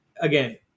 again